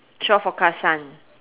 shore forecast sun